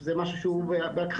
וזה משהו שהוא בהכחדה.